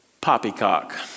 Poppycock